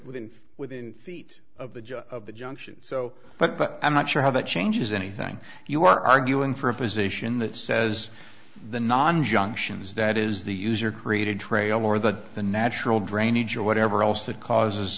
within feet of the of the junction so but i'm not sure how that changes anything you are arguing for a position that says the non junctions that is the user created trail more than the natural drainage or whatever else that causes